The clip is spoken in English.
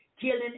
Killing